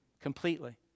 completely